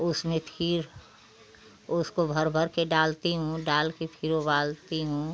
उसमें फिर उसको भर भर के डालती हूँ डाल के फिर उबालती हूँ